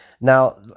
Now